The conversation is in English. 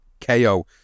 KO